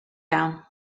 down